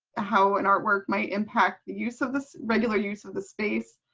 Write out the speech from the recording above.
how an artwork might impact the use of this regular use of the space,